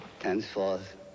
Henceforth